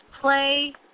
play